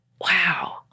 wow